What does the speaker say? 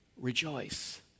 Rejoice